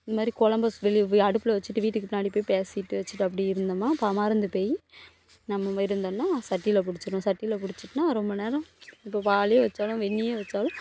இந்த மாதிரி குலம்ப சு வெளியே அடுப்பில் வச்சிவிட்டு வீட்டுக்கு பின்னாடி போய் பேசிட்டு வச்சிவிட்டு அப்படி இருந்தோம்னா பா மறந்துப்போயி நம்ம இருந்தோன்னா சட்டியில் பிடிச்சிடும் சட்டியில் பிடிச்சிட்னா ரொம்ப நேரம் இப்போ பாலே வச்சாலும் வெண்ணியே வச்சாலும்